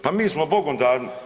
Pa mi smo bogom dani.